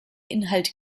inhalt